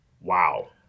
wow